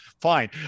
Fine